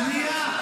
שנייה.